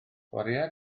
chwaraea